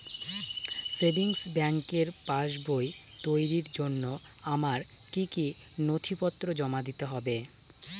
Savings ব্যাংকের পাসবই তৈরির জন্য আমার কি কি নথিপত্র জমা দিতে হবে?